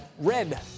red